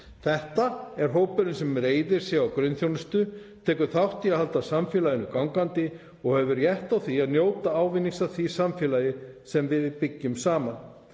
Þetta er hópurinn sem reiðir sig á grunnþjónustu, tekur þátt í að halda samfélaginu gangandi og hefur rétt á því að njóta ávinnings af því samfélagi sem við byggjum saman.